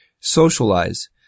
socialize